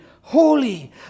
Holy